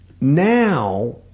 now